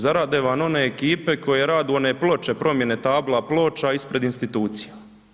Zarade vam one ekipe koje radu one ploče, promjene tabla ploča ispred institucija.